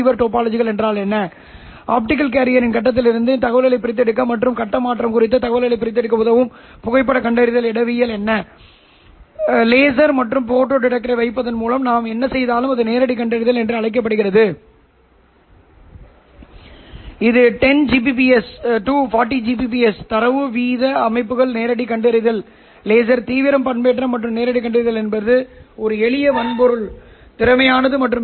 இது PS என்ற அதன் சக்தியால் வகைப்படுத்தப்படும் இறுதியாக அதன் வீச்சு மாற்றங்களாலும் இது வகைப்படுத்தப்படும் a வெளிப்படையாக இந்த c பண்பேற்றத்தின் சிக்கலான உறை ஒரு a e jθs ஆல் வழங்கப்படுகிறது எனவே இது a என்பது அலைவீச்சு பண்பேற்றம் பகுதி மற்றும் BPSK சிக்னலுக்கான கட்ட பண்பேற்றம் a என்பது மாறிலி 1 ஆகும் எடுத்துக்காட்டாக θs 0 மற்றும் Π